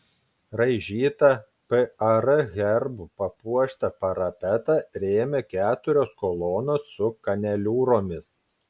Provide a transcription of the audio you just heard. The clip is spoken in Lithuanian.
raižytą par herbu papuoštą parapetą rėmė keturios kolonos su kaneliūromis